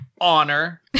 Honor